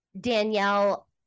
Danielle